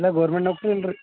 ಅಲ್ಲ ಗೌರ್ಮೆಂಟ್ ನೌಕ್ರಿ ಅಲ್ರಿ